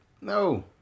No